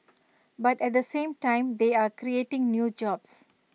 but at the same time they are creating new jobs